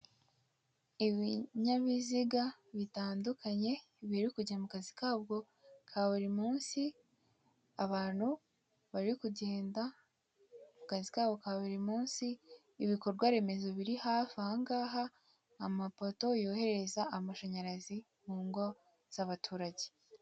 Ibinyabiziga bitandukanye biri kujya mukazi kabo ka buri munsi, abantu bari kugenda mukazi kabo ka buri munsi, ibikorwa remezo biri hafi aha ngaha, amapoto yohereza amashanyarazi mu ngo z'abaturage.